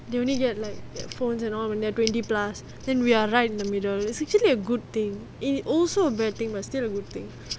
they only get like phones and all when they are twenty plus then we are right in the middle is actually a good thing is also a bad thing but still a good thing